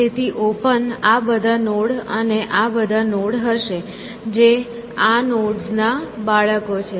તેથી ઓપન આ બધા નોડ અને આ બધા નોડ હશે જે આ નોડ્સનાં બાળકો છે